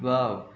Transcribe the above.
wow